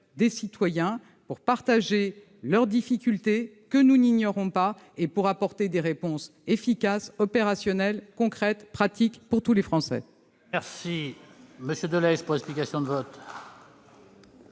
des citoyens pour partager leurs difficultés, que nous n'ignorons pas, et pour apporter des réponses efficaces, opérationnelles, concrètes, pratiques à tous les Français.